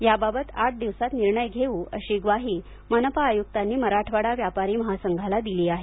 याबाबत आठ दिवसात निर्णय घेऊ अशी ग्वाही मनपा आयुक्तांनी मराठवाडा व्यापारी महासंघाला दिली आहे